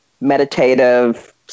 meditative